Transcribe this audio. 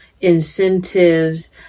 incentives